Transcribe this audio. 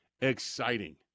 exciting